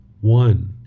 one